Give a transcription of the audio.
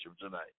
tonight